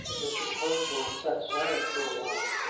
mr. turnbull sat silent for a while,